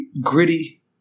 gritty